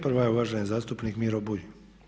Prva je uvaženi zastupnik Miro Bulj.